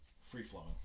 Free-flowing